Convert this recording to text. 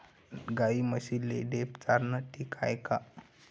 गाई म्हशीले ढेप चारनं ठीक हाये का?